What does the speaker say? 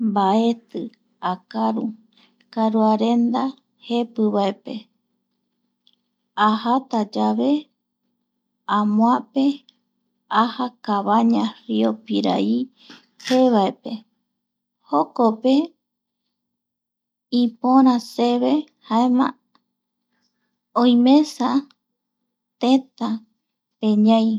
Mbeeti, akaru karuarenda jepi vaepe, ajata yave amoape aja cabaña rio pirai je vaepe jokope ipora seve jaema oimesa tëtä pe ñai